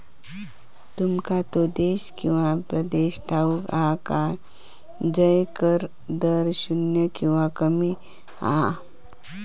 तुमका तो देश किंवा प्रदेश ठाऊक हा काय झय कर दर शून्य किंवा कमी हा?